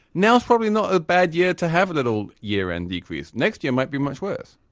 now is probably not a bad year to have a little year-end-decrease. next year might be much worse.